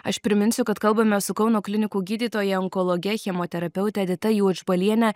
aš priminsiu kad kalbamės su kauno klinikų gydytoja onkologe chemoterapeute edita juodžbaliene